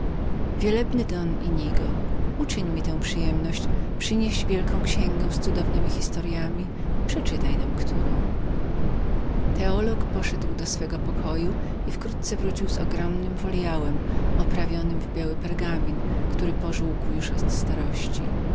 teologa przewielebny don innigo uczyń mi tę przyjemność przynieś wielką księgę z cudownemi historyami i przeczytaj nam którą teolog poszedł do swego pokoju i wkrótce wrócił z ogromnym foliałem oprawionym w biały pargamin który pożółkniał już od starości